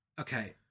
Okay